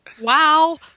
Wow